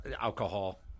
alcohol